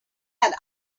had